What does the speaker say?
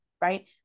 right